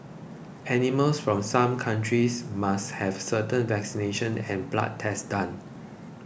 animals from some countries must have certain vaccinations and blood tests done